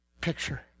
picture